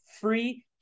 Free